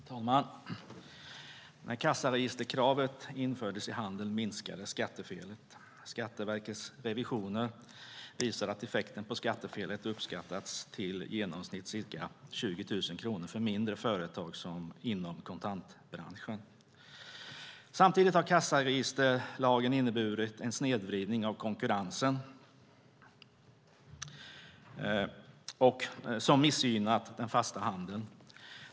Herr talman! När krav på kassaregister infördes i handeln minskade skattefelet. Skatteverkets revisioner visar att effekten på skattefelet uppskattats till i genomsnitt ca 20 000 kronor för mindre företag inom kontantbranschen. Samtidigt har kassaregisterlagen inneburit en snedvridning av konkurrensen som har missgynnat den fasta handeln.